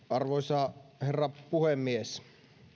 arvoisa herra puhemies